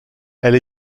elle